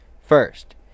First